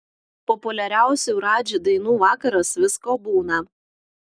populiariausių radži dainų vakaras visko būna